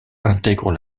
intègre